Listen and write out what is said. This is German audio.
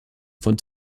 von